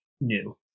new